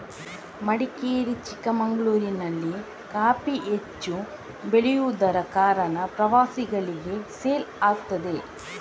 ಮಡಿಕೇರಿ, ಚಿಕ್ಕಮಗಳೂರಿನಲ್ಲಿ ಕಾಫಿ ಹೆಚ್ಚು ಬೆಳೆಯುದರ ಕಾರಣ ಪ್ರವಾಸಿಗಳಿಗೆ ಸೇಲ್ ಆಗ್ತದೆ